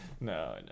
no